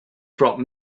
from